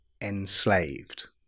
enslaved